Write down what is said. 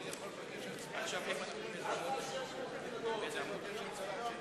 אנחנו מצביעים על סעיף-סעיף, כהצעת הוועדה.